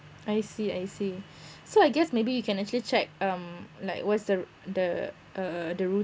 I see I see so I guess maybe you can actually check um like what's the the uh the